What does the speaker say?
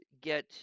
get